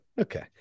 Okay